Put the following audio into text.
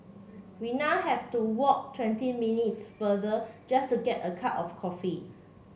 we now have to walk twenty minutes farther just to get a cup of coffee